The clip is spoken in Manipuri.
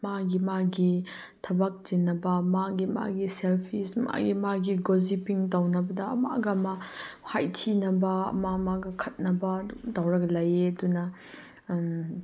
ꯃꯥꯒꯤ ꯃꯥꯒꯤ ꯊꯕꯛ ꯆꯤꯟꯅꯕ ꯃꯥꯒꯤ ꯃꯥꯒꯤ ꯁꯦꯜꯐꯤꯁ ꯃꯥꯒꯤ ꯃꯥꯒꯤ ꯒꯣꯁꯤꯄꯤꯡ ꯇꯧꯅꯕꯗ ꯑꯃꯒ ꯑꯃ ꯍꯥꯏꯊꯤꯅꯕ ꯑꯃꯒ ꯑꯃꯒ ꯈꯠꯅꯕ ꯑꯗꯨꯝ ꯇꯧꯔꯒ ꯂꯩꯌꯦ ꯑꯗꯨꯅ